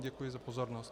Děkuji za pozornost.